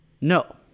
No